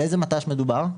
על איזה מט"ש מדובר?